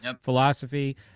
philosophy